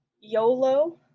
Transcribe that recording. YOLO